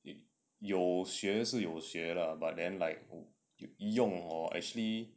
有学是有学 lah but then like 用 hor actually